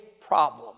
problem